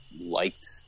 liked